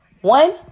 One